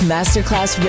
Masterclass